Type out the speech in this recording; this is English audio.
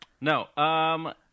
No